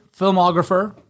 filmographer